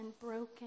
broken